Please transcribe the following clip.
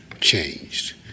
changed